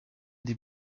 des